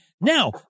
Now